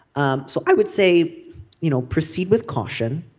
um so i would say you know proceed with caution.